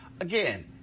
again